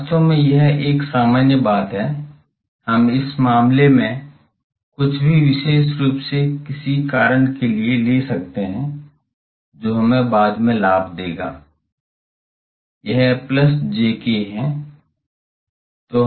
वास्तव में यह एक सामान्य बात है हम इस मामले में कुछ भी विशेष रूप से किसी कारण के लिए ले सकते हैं जो हमें बाद में लाभ देगा यह plus jk है